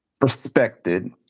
respected